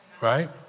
Right